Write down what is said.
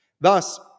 Thus